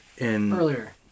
earlier